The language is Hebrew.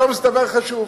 שלום זה דבר חשוב.